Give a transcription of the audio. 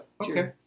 Okay